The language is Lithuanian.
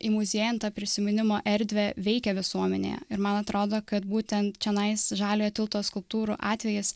į muziejintą prisiminimo erdvę veikia visuomenėje ir man atrodo kad būtent čionais žaliojo tilto skulptūrų atvejis